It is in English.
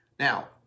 Now